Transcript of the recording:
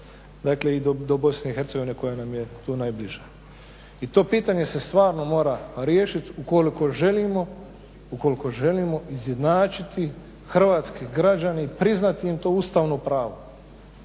dakle i do Bosne i Hercegovine koja nam je tu najbliža. I to pitanje se stvarno mora riješiti ukoliko želimo izjednačiti hrvatske građane i priznati im to ustavno pravo.